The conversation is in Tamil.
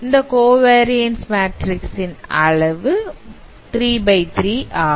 இந்த covariance matrix ன் அளவு 3 X 3 ஆகும்